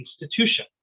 institution